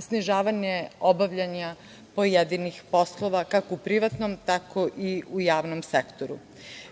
snižavanje obavljanja pojedinih poslova, kako u privatnom, tako i u javnom sektoru. Pre